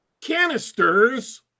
canisters